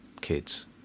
kids